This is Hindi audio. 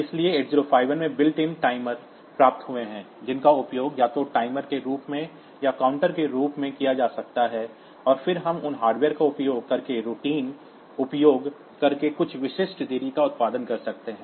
इसलिए 8051 में बिल्ट इन टाइमर प्राप्त हुए हैं जिनका उपयोग या तो टाइमर के रूप में या काउंटर के रूप में किया जा सकता है और फिर हम उन हार्डवेयर का उपयोग करके रूटीन का उपयोग करके कुछ विशिष्ट देरी का उत्पादन कर सकते हैं